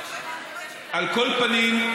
על כל פנים,